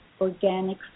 organic